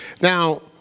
Now